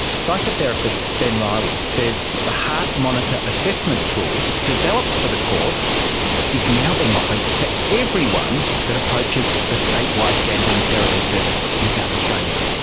psychotherapist ben riley says the heart-monitor assessment tool developed for the court is now being offered to everyone that approaches the statewide gambling therapy service in south australia.